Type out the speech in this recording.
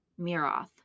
Miroth